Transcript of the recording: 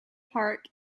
park